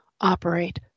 operate